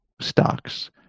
stocks